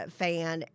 fan